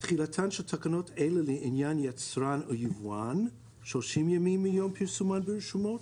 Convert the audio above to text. תחילתן של תקנות אלה לעניין יצרן או יבואן 30 ימים מיום פרסומן ברשומות,